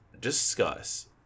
discuss